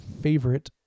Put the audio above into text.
favorite